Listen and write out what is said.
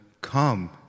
Come